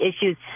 issues